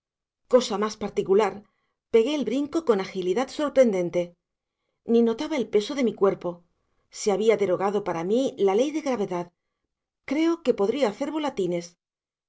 cosa más particular pegué el brinco con agilidad sorprendente ni notaba el peso de mi cuerpo se había derogado para mí la ley de gravedad creo que podría hacer volatines